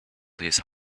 these